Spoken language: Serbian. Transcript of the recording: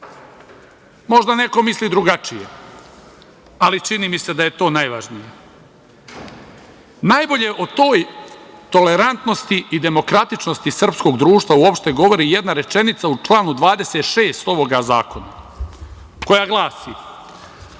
Možda neko misli drugačije, ali čini mi se da je to najvažnije. Najbolje o toj tolerantnosti i demokratičnosti srpskog društva uopšte govori jedna rečenica u članu 26. ovog zakona, koja glasi: